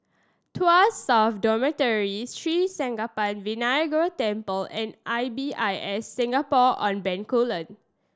Tuas South Dormitory Sri Senpaga Vinayagar Temple and I B I S Singapore On Bencoolen